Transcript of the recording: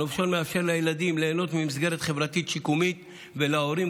הנופשון מאפשר לילדים ליהנות ממסגרת חברתית שיקומית ולהורים,